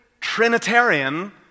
Trinitarian